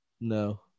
No